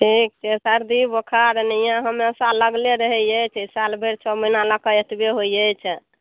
ठीक छै सर्दी बोखर ओनाहिए हमेशा लगले रहैत अछि साल भरि छओ महिना लऽ कऽ एतबे होइत अछि